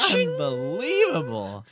Unbelievable